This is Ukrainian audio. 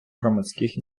громадських